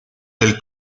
del